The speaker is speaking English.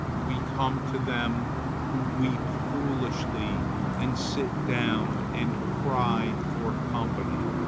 we come to them who weep foolishly and sit down and cry for company,